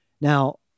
Now